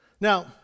Now